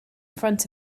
front